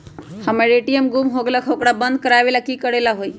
हमर ए.टी.एम गुम हो गेलक ह ओकरा बंद करेला कि कि करेला होई है?